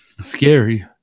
scary